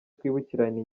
twibukiranye